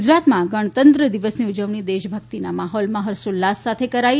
ગુજરાતમાં ગણતંત્ર દિવસની ઉજવણી દેશભક્તિનાં માહોલમાં હર્ષાલ્લાસ સાથે કરાઈ